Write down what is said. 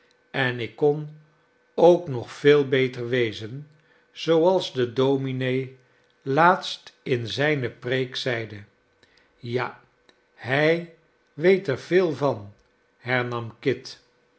en ik kon ook nog veel beter wezen zooals de domine laatst in zijne preek zeide ja hij weet er veel van hernam kit